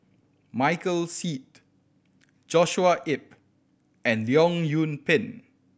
Michael Seet Joshua Ip and Leong Yoon Pin